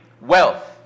Wealth